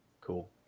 cool